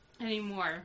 anymore